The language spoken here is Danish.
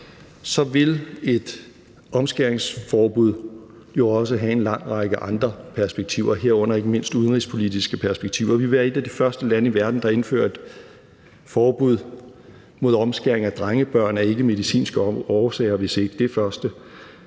vil et omskæringsforbud jo også have en lang række andre perspektiver, herunder ikke mindst udenrigspolitiske perspektiver. Vi vil være et af de første lande i verden, der indfører et forbud mod omskæring af drengebørn af ikkemedicinske årsager – hvis ikke det første.